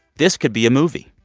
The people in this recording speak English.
this could be a movie.